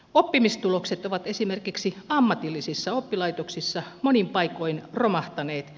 oppimistulokset ovat esimerkiksi ammatillisissa oppilaitoksissa monin paikoin romahtaneet